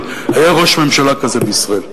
אבל היה ראש ממשלה כזה בישראל.